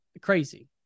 crazy